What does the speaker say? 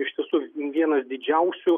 iš tiesų vienas didžiausių